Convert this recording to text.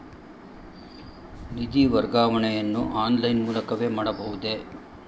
ನಿಧಿ ವರ್ಗಾವಣೆಯನ್ನು ಆನ್ಲೈನ್ ಮೂಲಕವೇ ಮಾಡಬಹುದೇ?